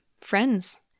friends